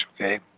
okay